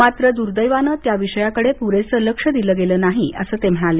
मात्र दुर्दैवानं त्या विषयाकडे पुरेसं लक्ष दिलं गेलं नाही असं ते म्हणाले